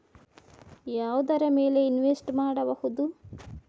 ಯಾವುದರ ಮೇಲೆ ಇನ್ವೆಸ್ಟ್ ಮಾಡಬಹುದು?